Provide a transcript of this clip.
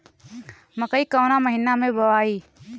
मकई कवना महीना मे बोआइ?